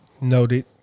Noted